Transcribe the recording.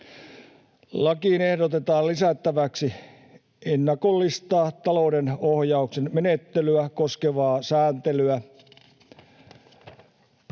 Lakiin ehdotetaan lisättäväksi ennakollista talouden ohjauksen menettelyä koskevaa sääntelyä.